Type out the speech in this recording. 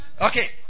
Okay